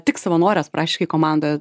tik savanores praktiškai komandoj